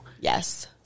Yes